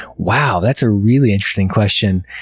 wow! that's a really interesting question!